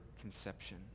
conception